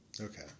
Okay